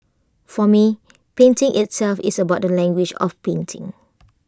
for me painting itself is about the language of painting